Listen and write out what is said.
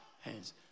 hands